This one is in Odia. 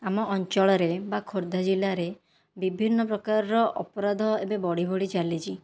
ଆମ ଅଞ୍ଚଳରେ ବା ଖୋର୍ଦ୍ଧା ଜିଲ୍ଲାରେ ବିଭିନ୍ନ ପ୍ରକାରର ଅପରାଧ ଏବେ ବଢ଼ି ବଢ଼ି ଚାଲିଛି